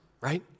right